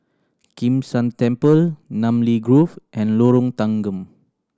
Kim San Temple Namly Grove and Lorong Tanggam